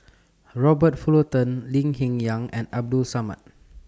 Robert Fullerton Lee Hsien Yang and Abdul Samad